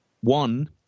one